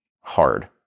hard